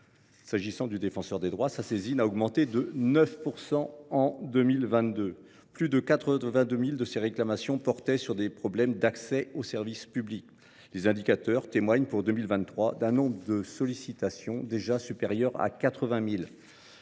saisines du Défenseur des droits a augmenté de 9 % en 2022. Plus de 82 000 de ces réclamations portaient sur des problèmes d’accès aux services publics. Et les indicateurs témoignent, pour 2023, d’un nombre de sollicitations déjà supérieur à 80 000.